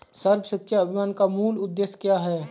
सर्व शिक्षा अभियान का मूल उद्देश्य क्या है?